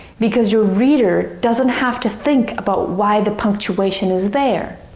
because your reader doesn't have to think about why the punctuation is there.